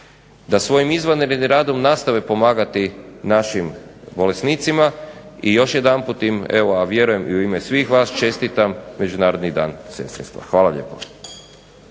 da svojim izvanrednim radom nastave pomagati našim bolesnicima i još jedanput im, evo a vjerujem i u ime svih vas čestitam Međunarodni dan sestrinstva. Hvala lijepo.